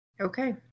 Okay